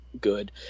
good